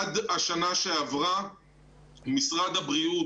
עד השנה שעברה משרד הבריאות,